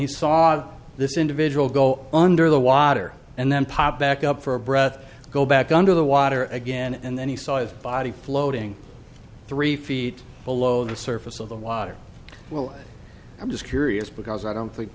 he saw this individual go under the water and then pop back up for a breath go back under the water again and then he saw the body floating three feet below the surface of the water well i'm just curious because i don't think